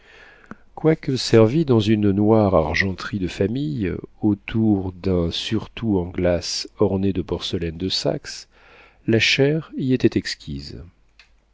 quoique servie dans une noire argenterie de famille autour d'un surtout en glace orné de porcelaines de saxe la chère y était exquise